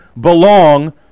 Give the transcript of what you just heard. belong